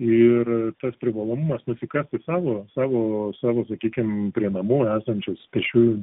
ir tas privalomumas nusikasti savo savo savo sakykim prie namų esančius pėsčiųjų